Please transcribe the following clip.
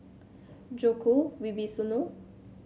Djoko Wibisono